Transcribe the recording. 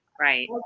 Right